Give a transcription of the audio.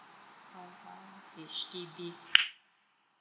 H_D_B